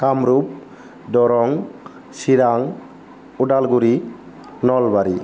Kamrup Darrang Chirang Udalguri Nalbari